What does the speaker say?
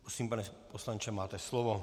Prosím, pane poslanče, máte slovo.